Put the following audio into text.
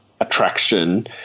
attraction